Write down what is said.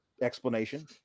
explanation